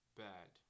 bad